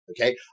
okay